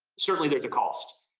certainly, there's a cost.